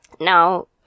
Now